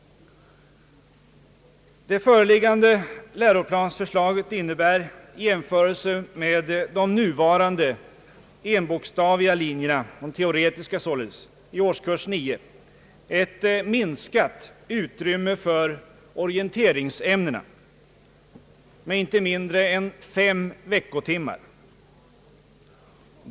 Det föreliggande läroplansförslaget innebär i jämförelse med de nuvarande enbokstaviga linjerna, de teoretiska således, i årskurs 9 ett minskat utrymme för orienteringsämnena med inte mindre än fem veckotimmar.